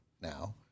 now